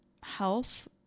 health